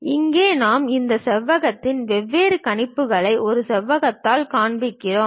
இங்கே நாம் இந்த செவ்வகத்தின் வெவ்வேறு கணிப்புகளை ஒரு செவ்வகத்தால் காண்பிக்கிறோம் குறிப்பு நேரம் 2551